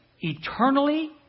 eternally